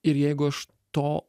ir jeigu aš to